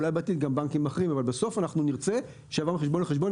אולי בעתיד גם בנקים אחרים אבל בסוף אנחנו נרצה שבהעברה מחשבון לחשבון,